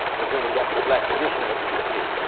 but then when you got to the black tradition what do we see,